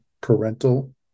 parental